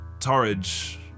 Torridge